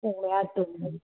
पुण्यातून